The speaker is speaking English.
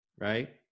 right